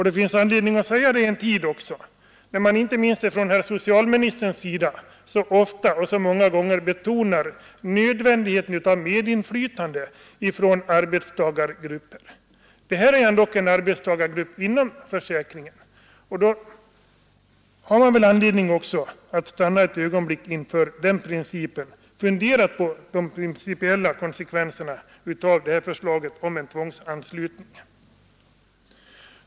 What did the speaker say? Det finns också anledning att göra det i en tid när inte minst socialministern så ofta betonar nödvändigheten av medinflytande från arbetstagargruppen. Det gäller dock en arbetstagargrupp inom försäkringen. Därför har man väl också anledning att fundera ett ögonblick på de principiella konsekvenserna av förslaget om en tvångsanslutning.